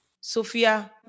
Sophia